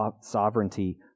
sovereignty